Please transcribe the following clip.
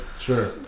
Sure